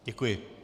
Děkuji.